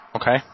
Okay